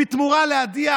בתמורה להדיח,